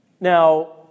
now